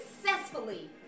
successfully